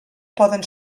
poden